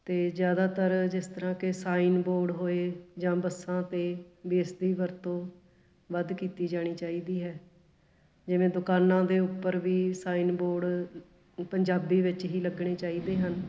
ਅਤੇ ਜ਼ਿਆਦਾਤਰ ਜਿਸ ਤਰ੍ਹਾਂ ਕਿ ਸਾਈਨ ਬੋਰਡ ਹੋਏ ਜਾਂ ਬੱਸਾਂ 'ਤੇ ਬੇਸ ਦੀ ਵਰਤੋਂ ਵੱਧ ਕੀਤੀ ਜਾਣੀ ਚਾਹੀਦੀ ਹੈ ਜਿਵੇਂ ਦੁਕਾਨਾਂ ਦੇ ਉੱਪਰ ਵੀ ਸਾਈਨ ਬੋਰਡ ਪੰਜਾਬੀ ਵਿੱਚ ਹੀ ਲੱਗਣੇ ਚਾਹੀਦੇ ਹਨ